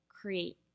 create